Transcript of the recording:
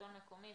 שלטון מקומי,